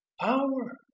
power